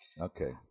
Okay